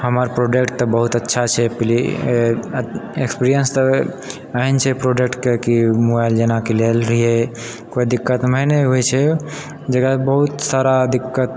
हमर प्रोडक्ट तऽ बहुत अच्छा छै एक्स्पेरियंस तऽ एहेन छै प्रोडक्टके कि मोबाइल जेना कि लेले रहियै कोइ दिक्कत नहि होइ छै जकरा कि बहुत सारा दिक्कत